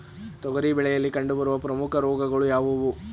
ತೊಗರಿ ಬೆಳೆಯಲ್ಲಿ ಕಂಡುಬರುವ ಪ್ರಮುಖ ರೋಗಗಳು ಯಾವುವು?